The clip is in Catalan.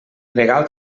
gregal